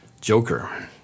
Joker